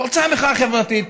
פרצה המחאה החברתית.